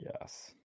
Yes